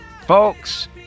Folks